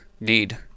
need